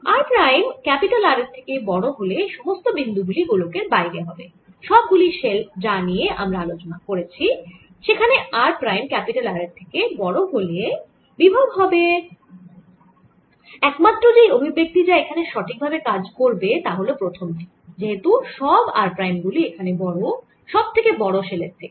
r prime R এর থেকে বড় হলে সমস্ত বিন্দু গুলি গোলকের বাইরে হবে সব গুলি শেল যা নিয়ে আমরা আলোচনা করছি সেখানে r প্রাইম R এর থেকে বড় হলে বিভব হবে একমাত্র যেই অভিব্যক্তি যা এখানে সঠিক ভাবে কাজ করবে তা হল প্রথম টি যেহেতু সব r প্রাইম গুলি এখানে বড় সব থেকে বড় শেলের থেকে